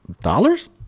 dollars